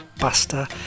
Buster